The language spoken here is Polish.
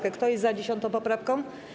Kto jest za 10. poprawką?